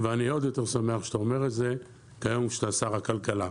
ואני עוד יותר שמח שאתה אומר את זה כיום כשאתה שר הכלכלה.